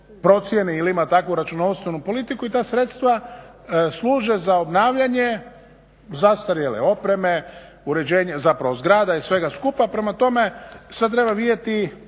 ili ima takvu računovstvenu politiku i ta sredstva služe za obnavljanje zastarjele opreme, uređenje zapravo zgrada i svega skupa, prema tome sad treba vidjeti